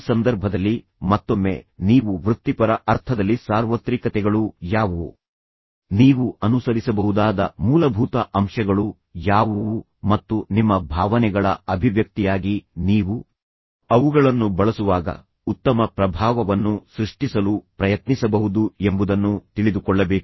ಈ ಸಂದರ್ಭದಲ್ಲಿ ಮತ್ತೊಮ್ಮೆ ನೀವು ವೃತ್ತಿಪರ ಅರ್ಥದಲ್ಲಿ ಸಾರ್ವತ್ರಿಕತೆಗಳು ಯಾವುವು ನೀವು ಅನುಸರಿಸಬಹುದಾದ ಮೂಲಭೂತ ಅಂಶಗಳು ಯಾವುವು ಮತ್ತು ನಿಮ್ಮ ಭಾವನೆಗಳ ಅಭಿವ್ಯಕ್ತಿಯಾಗಿ ನೀವು ಅವುಗಳನ್ನು ಬಳಸುವಾಗ ಉತ್ತಮ ಪ್ರಭಾವವನ್ನು ಸೃಷ್ಟಿಸಲು ಪ್ರಯತ್ನಿಸಬಹುದು ಎಂಬುದನ್ನು ತಿಳಿದುಕೊಳ್ಳಬೇಕು